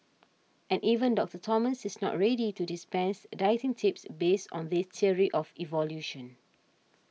and even Doctor Thomas is not already to dispense a dieting tips based on this theory of evolution